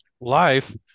life